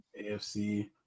AFC